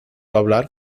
hablar